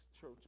church